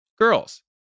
girls